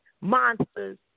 Monsters